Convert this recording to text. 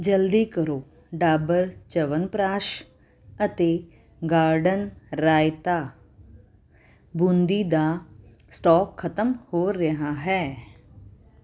ਜਲਦੀ ਕਰੋ ਡਾਬਰ ਚਵਨਪ੍ਰਾਸ਼ ਅਤੇ ਗਾਰਡਨ ਰਾਇਤਾ ਬੂੰਦੀ ਦਾ ਸਟਾਕ ਖਤਮ ਹੋ ਰਿਹਾ ਹੈ